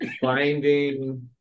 finding